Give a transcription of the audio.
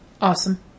Awesome